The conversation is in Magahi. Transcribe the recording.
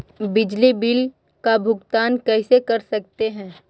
बिजली बिल का भुगतान कैसे कर सकते है?